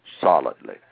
solidly